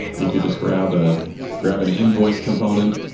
you could just grab ah grab an invoice component,